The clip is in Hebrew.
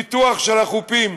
פיתוח של החופים,